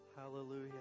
Hallelujah